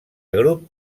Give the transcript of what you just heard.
grup